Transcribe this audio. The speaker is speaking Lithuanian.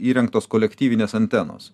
įrengtos kolektyvinės antenos